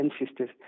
ancestors